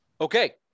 Okay